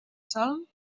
sòl